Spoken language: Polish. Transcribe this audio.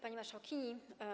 Pani Marszałkini!